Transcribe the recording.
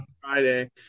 Friday